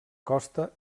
costa